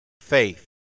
faith